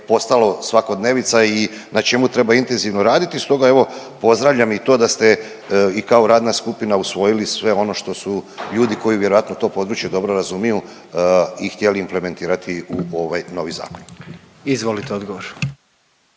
postalo svakodnevica i na čemu treba intenzivno raditi. Stoga evo pozdravljam i to da ste i kao radna skupina usvojili sve ono što su ljudi koji vjerojatno to područje dobro razumiju i htjeli implementirati u ovaj novi zakon. **Jandroković,